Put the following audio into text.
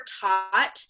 taught